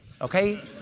okay